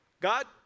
God